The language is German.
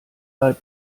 leib